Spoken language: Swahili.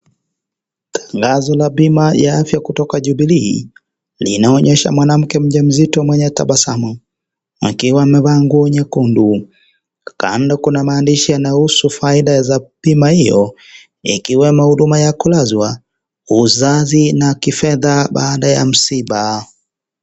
Tangazo la bima ya afya kutoka jubilee linaonyesha mwanamke mjamzito mwenye tabasamu, akiwa amevaa nguo nyekundu. Kando Kuna maandishi yanaonyesha faida yanayohusu bima hiyo ikiwemo huduma ya kulazwa, ikiwemo huduma ya kulazwa, uzazi na kifedha baada ya msiba.